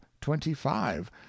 twenty-five